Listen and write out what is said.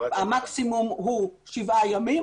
המקסימום הוא שבעה ימים,